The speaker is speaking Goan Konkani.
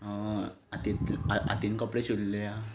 हातीन हातीन कपडे शिंवल्ल्या